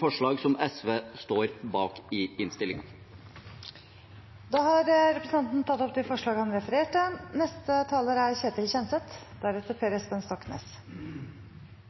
forslag nr. 2, som SV og MDG står bak i innstillingen. Representanten Lars Haltbrekken har tatt opp forslaget han refererte til. Jeg vil slutte meg til rosen til saksordføreren, representanten Storehaug fra Kristelig Folkeparti. Dette er